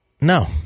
no